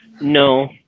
No